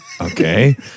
Okay